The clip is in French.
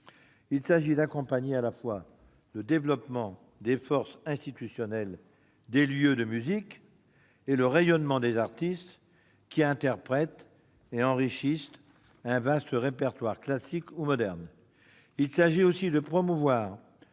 Il s'agit d'accompagner à la fois le développement des forces institutionnelles, des lieux de musique et le rayonnement des artistes, qui interprètent et enrichissent un vaste répertoire, classique ou moderne. Il s'agit aussi de promouvoir